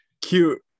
cute